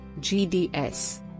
GDS